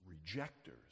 rejectors